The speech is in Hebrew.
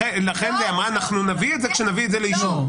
לכן היא אמרה שהם יביאו את זה כשיביאו את זה לאישור.